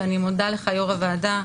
ואני מודה לך יושב-ראש הוועדה,